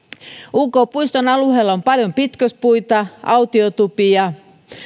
uk puiston alueella on paljon pitkospuita autiotupia